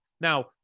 Now